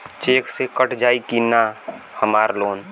Check से cut जाई की ना हमार लोन?